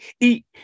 eat